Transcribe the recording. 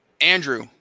Andrew